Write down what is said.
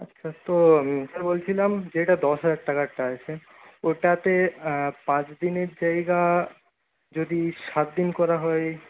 আচ্ছা তো বলছিলাম যেটা দশ হাজার টাকারটা আছে ওটাতে পাঁচদিনের জায়গা যদি সাত দিন করা হয়